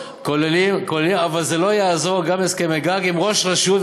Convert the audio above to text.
אבל זה לא יעזור גם להסכמי גג אם ראש רשות,